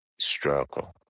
struggle